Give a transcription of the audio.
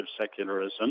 secularism